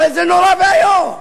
הרי זה נורא ואיום.